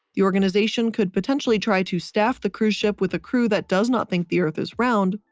the organization could potentially try to staff the cruise ship with a crew that does not think the earth is round,